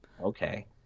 Okay